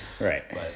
Right